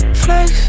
flex